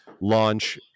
launch